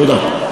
תודה.